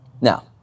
Now